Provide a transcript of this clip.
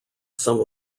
some